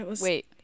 wait